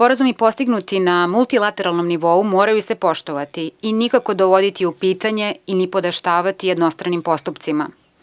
Sporazumi postignuti na multilateralnom nivou moraju se poštovati i nikako dovoditi u pitanje i nipodaštavati jednostranim postupcima.